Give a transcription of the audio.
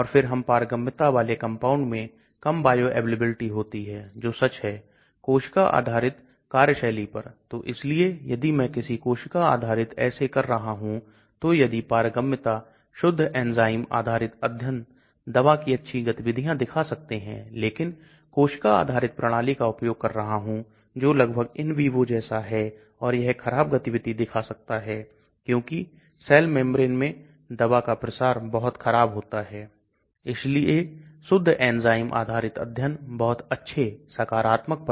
मैं octanol और पानी का मिश्रण लेता हूं और फिर मैं दवा को अंदर डालता हूं और फिर मैं इसे अच्छी तरह से हिलाता हूं मैं octanol मैं और पानी में एक दवा लेता हूं फिर मैं दोनों को अच्छी तरह से हिलाता हूं फिर मैं देखता हूं octanol परत में दवा कितनी है पानी की परत में दवा कितनी है और फिर मैं एक अनुपात लेता हूं मैं लॉग्र्रिदम लेता हूं